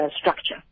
structure